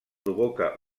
provoca